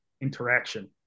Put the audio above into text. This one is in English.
interaction